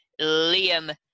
Liam